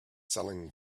selling